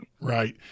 right